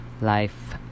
Life